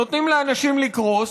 נותנים לאנשים לקרוס,